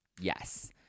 Yes